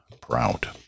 proud